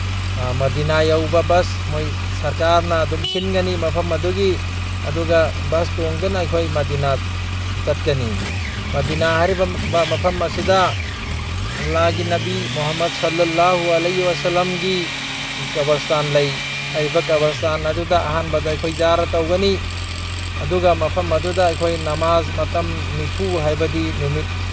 ꯃꯗꯤꯅꯥ ꯌꯧꯕ ꯕꯁ ꯁꯔꯀꯥꯔꯅ ꯑꯗꯨꯝ ꯁꯤꯟꯒꯅꯤ ꯃꯐꯝ ꯑꯗꯨꯒꯤ ꯑꯗꯨꯒ ꯕꯁ ꯇꯣꯡꯗꯨꯅ ꯑꯩꯈꯣꯏ ꯃꯗꯤꯅꯥ ꯆꯠꯀꯅꯤ ꯃꯗꯤꯅꯥ ꯍꯥꯏꯔꯤꯕ ꯃꯐꯝ ꯑꯁꯤꯗ ꯑꯂꯥꯍꯒꯤ ꯅꯕꯤ ꯃꯣꯍꯃꯠ ꯁꯂꯂꯥꯍꯨꯑꯂꯤ ꯑꯁꯂꯝꯒꯤ ꯀꯕꯁꯇꯥꯟ ꯍꯥꯏꯔꯤꯕ ꯀꯕꯁꯇꯥꯟ ꯑꯗꯨꯗ ꯑꯍꯥꯟꯕꯗ ꯑꯩꯈꯣꯏ ꯖꯥꯔ ꯇꯧꯒꯅꯤ ꯑꯗꯨꯒ ꯃꯐꯝ ꯑꯗꯨꯗ ꯑꯩꯈꯣꯏ ꯅꯃꯥꯁ ꯃꯇꯝ ꯅꯤꯐꯨ ꯍꯥꯏꯕꯗꯤ ꯅꯨꯃꯤꯠ